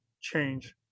change